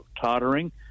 tottering